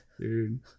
Dude